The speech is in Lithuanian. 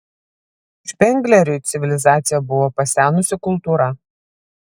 špengleriui civilizacija buvo pasenusi kultūra